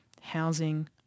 housing